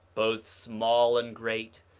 both small and great,